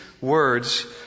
words